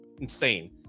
insane